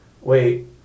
wait